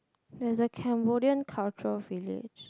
there's a Cambodian cultural village